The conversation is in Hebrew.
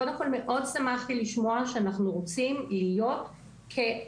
קודם כל מאוד שמחתי לשמוע שאנחנו רוצים להיות כגויים,